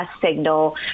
signal